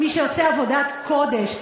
מי שעושה עבודת קודש,